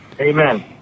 amen